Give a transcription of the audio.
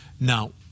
Now